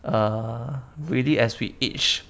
err really as we age